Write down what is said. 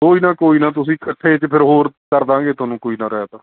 ਕੋਈ ਨਾ ਕੋਈ ਨਾ ਤੁਸੀਂ ਇਕੱਠੇ 'ਚ ਫਿਰ ਹੋਰ ਕਰ ਦਾਂਗੇ ਤੁਹਾਨੂੰ ਕੋਈ ਨਾ ਰੈਤ